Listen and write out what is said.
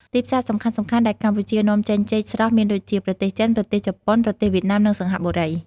ទីផ្សារសំខាន់ៗដែលកម្ពុជានាំចេញចេកស្រស់មានដូចជា ប្រទេសចិន ប្រទេសជប៉ុន ប្រទេសវៀតណាម និងសិង្ហបុរី។